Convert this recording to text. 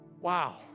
Wow